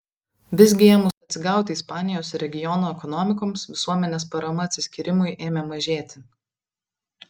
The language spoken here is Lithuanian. visgi ėmus atsigauti ispanijos ir regiono ekonomikoms visuomenės parama atsiskyrimui ėmė mažėti